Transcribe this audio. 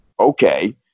okay